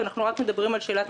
אנחנו רק מדברים על שאלת הדרך.